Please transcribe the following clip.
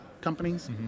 companies